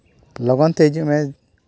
ᱞᱚᱜᱚᱱᱛᱮ ᱦᱤᱡᱩᱜ ᱢᱮ